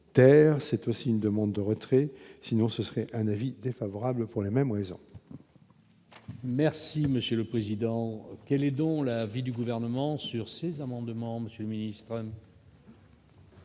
c'est aussi une demande de retrait, sinon ce serait un avis défavorable pour les mêmes raisons. Merci monsieur le président, quel et dont l'avis du gouvernement sur ces amendements monsieur ministre.